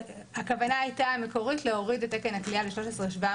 הכוונה המקורית הייתה להוריד את תקן הכליאה ל-13,750.